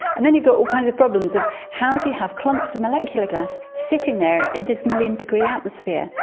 and then you've got all kinds of problems of how do you have clumps of molecular gas sitting there in this million-degree atmosphere?